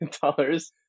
dollars